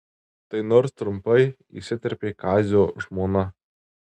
tai nors trumpai įsiterpė kazio žmona